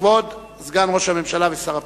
כבוד סגן ראש הממשלה ושר הפנים.